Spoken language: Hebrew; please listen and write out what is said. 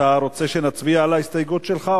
אתה רוצה שנצביע על ההסתייגות שלך,